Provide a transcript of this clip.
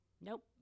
Nope